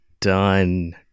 done